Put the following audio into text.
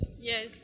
yes